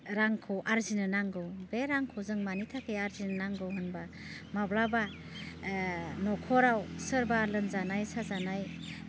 रांखौ आरजिनो नांगौ बे रांखौ जों मानि थाखाय आरजिनो नांगौ होनबा माब्लाबा न'खराव सोरबा लोमजानाय साजानाय